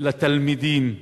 לתלמידים,